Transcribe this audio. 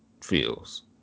feels